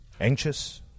anxious